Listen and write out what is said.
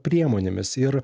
priemonėmis ir